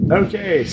okay